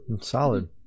Solid